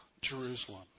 Jerusalem